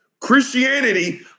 Christianity